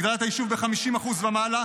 הגדלת היישוב ב-50% ומעלה.